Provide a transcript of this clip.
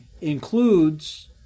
includes